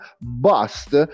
bust